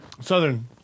Southern